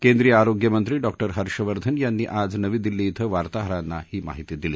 केंद्रीय आरोग्यमंत्री डॉक्टर हर्षवर्धन यांनी आज नवी दिल्ली इथं वार्ताहरांना ही माहिती दिली